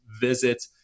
visit